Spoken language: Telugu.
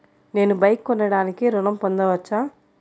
నేను బైక్ కొనటానికి ఋణం పొందవచ్చా?